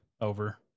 over